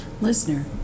Listener